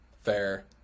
fair